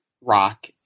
rock